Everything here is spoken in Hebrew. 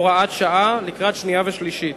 הוראת שעה), לקריאה שנייה וקריאה שלישית.